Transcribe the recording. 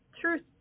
truth